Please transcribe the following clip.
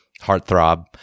Heartthrob